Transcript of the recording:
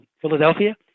Philadelphia